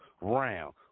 round